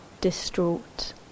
distraught